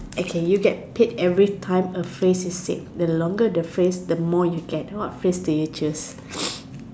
okay you get paid everytime a phrase is said the longer the phrase the more you get what phrase do you choose